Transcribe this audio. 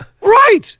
Right